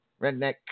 Redneck